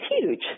huge